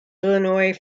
illinois